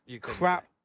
crap